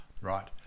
right